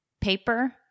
paper